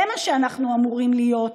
זה מה שאנחנו אמורים להיות.